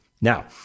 now